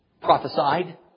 prophesied